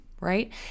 right